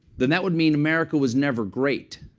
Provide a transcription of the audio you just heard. then that would mean america was never great.